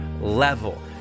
level